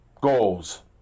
goals